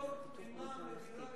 אדוני השר,